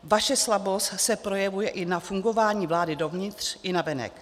Vaše slabost se projevuje i na fungování vlády dovnitř i navenek.